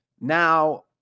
now